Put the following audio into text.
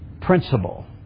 principle